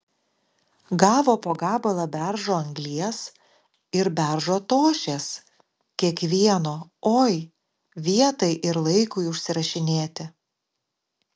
gavo po gabalą beržo anglies ir beržo tošies kiekvieno oi vietai ir laikui užsirašinėti